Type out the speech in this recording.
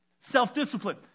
Self-discipline